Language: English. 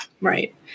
Right